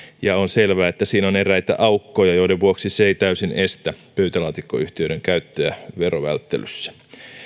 ja on selvää että siinä on eräitä aukkoja joiden vuoksi se ei täysin estä pöytälaatikkoyhtiöiden käyttöä verovälttelyssä